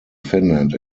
finland